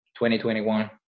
2021